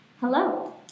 Hello